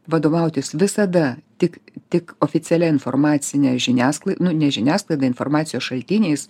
vadovautis visada tik tik oficialia informacine žiniasklai nu ne žiniasklaida informacijos šaltiniais